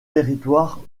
territoire